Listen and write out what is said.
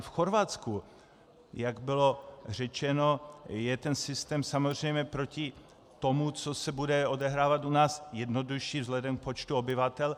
V Chorvatsku, jak bylo řečeno, je ten systém samozřejmě proti tomu, co se bude odehrávat u nás, jednodušší vzhledem k počtu obyvatel.